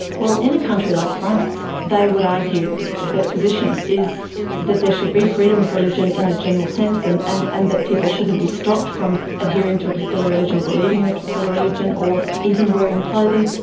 well, in a country like france they would argue that their position is that there should be freedom of religion in a general sense and and and that people shouldn't be stopped from adhering to a particular religion or believing in a particular religion or even wearing clothing,